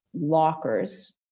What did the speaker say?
Lockers